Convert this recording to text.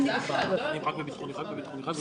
זה נושא חדש לך ---?